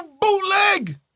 bootleg